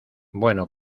bueno